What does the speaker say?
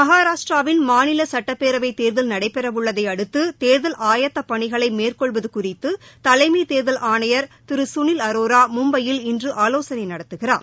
மகாராஷ்டிராவின் மாநில சட்டப்பேரவை தேர்தல் நடைபெறவுள்ளதை அடுத்து தேர்தல் அயத்தப் பணிகளை மேற்கொள்வது குறித்து தலைமை தேர்தல் ஆணையா் திரு கனில் அரோரா மும்பையில் இன்று ஆலோசனை நடத்துகிறார்